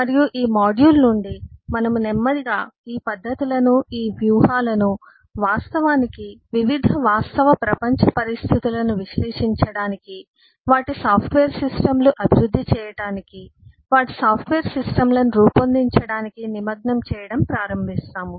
మరియు ఈ మాడ్యూల్ నుండి మనము నెమ్మదిగా ఈ పద్ధతులను ఈ వ్యూహాలను వాస్తవానికి వివిధ వాస్తవ ప్రపంచ పరిస్థితులను విశ్లేషించడానికి వాటి సాఫ్ట్వేర్ సిస్టమ్లు అభివృద్ధి చేయడానికి వాటి సాఫ్ట్వేర్ సిస్టమ్లను రూపొందించడానికి నిమగ్నం చేయటం ప్రారంభిస్తాము